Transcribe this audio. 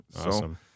Awesome